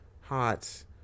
hot